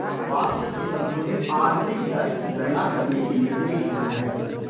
वापसी की संशोधित आंतरिक दर की गणना करने के लिए एक सूत्र है